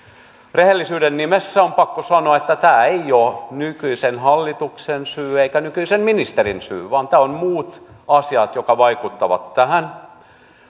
rehellisyyden nimissä on pakko sanoa että tämä ei ole nykyisen hallituksen syy eikä nykyisen ministerin syy vaan tässä on muut asiat jotka vaikuttavat tähän